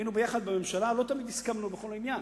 היינו ביחד בממשלה, לא תמיד הסכמנו בכל עניין.